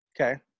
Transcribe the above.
Okay